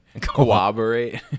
Cooperate